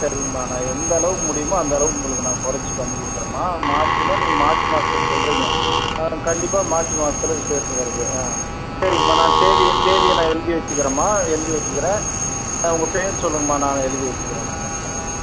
சரிங்கம்மா நான் எந்தளவுக்கு முடியுமோ அந்தளவுக்கு உங்களுக்கு நான் கொறச்சு பண்ணி கொடுக்கறேம்மா மார்ச்சுனா நீங்கள் மாசி மாசத்தில் சொல்லுறிங்க ஆ கண்டிப்பாக மாசி மாசத்தில் விசேஷம் வருது ஆ சரிங்கம்மா நான் தேதியை தேதியை நான் எழுதி வெச்சுக்கிறேம்மா எழுதி வெச்சுக்கிறேன் உங்கள் பேர் சொல்லுங்கம்மா நான் எழுதி வெச்சுக்கிறேன் நான் ஆ